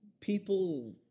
people